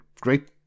great